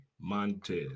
Montez